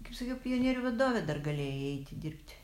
kaip sakiau pionierių vadove dar galėjai eiti dirbti bet